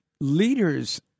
leaders